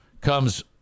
comes